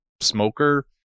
Smoker